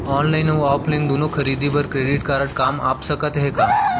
Online अऊ offline दूनो खरीदी बर क्रेडिट कारड काम आप सकत हे का?